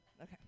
Okay